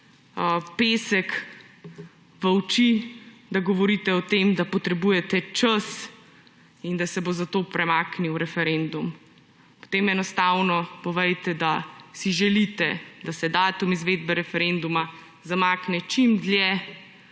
pesek v oči, da govorite o tem, da potrebujete čas in da se bo zato premaknil referendum. Potem enostavno povejte, da si želite, da se datum izvedbe referenduma zamakne čim dlje